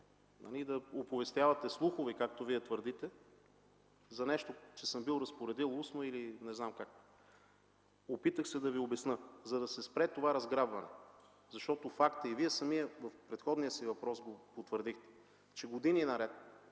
да оповестявате слухове, както Вие твърдите, за нещо, което съм бил разпоредил устно или не знам как. Опитах се да Ви обясня, за да се спре това разграбване, защото факт е и Вие самият в предходния си въпрос го потвърдихте, че години наред